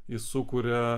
jis sukuria